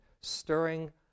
stirring